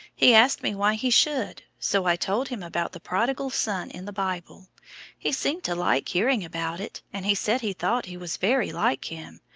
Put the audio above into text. he asked me why he should, so i told him about the prodigal son in the bible he seemed to like hearing about it, and he said he thought he was very like him.